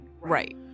Right